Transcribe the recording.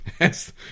Yes